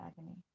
agony